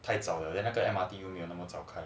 太早了 then 那个 M_R_T 又没有那么早开